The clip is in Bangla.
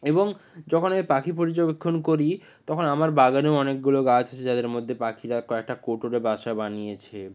এবং যখন আমি পাখি পর্যবেক্ষণ করি তখন আমার বাগানেও অনেকগুলো গাছ আছে যাদের মধ্যে পাখিরা কয়েকটা কোটরে বাসা বানিয়েছে